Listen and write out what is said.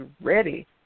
ready